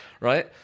right